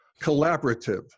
collaborative